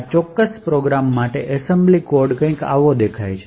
આ ચોક્કસ પ્રોગ્રામ માટે એસેમ્બલી કોડ કંઈક આના જેવો દેખાય છે